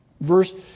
Verse